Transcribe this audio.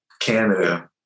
canada